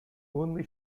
only